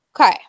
Okay